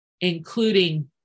including